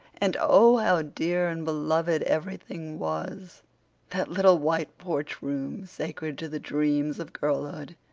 and oh, how dear and beloved everything was that little white porch room, sacred to the dreams of girlhood,